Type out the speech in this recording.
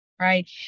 right